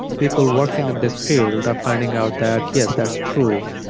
people working in this field are finding out that yes, that's true.